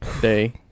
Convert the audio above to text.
day